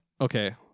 okay